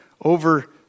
over